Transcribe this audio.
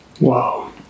Wow